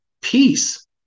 peace